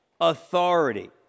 authority